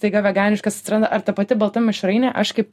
staiga veganiškas atsitrana ar ta pati balta mišrainė aš kaip